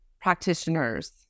practitioners